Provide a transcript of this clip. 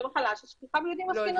זו מחלה ששכיחה ביהודים אשכנזים.